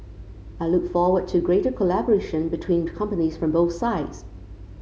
I look forward to greater collaboration between companies from both sides